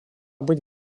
быть